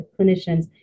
clinicians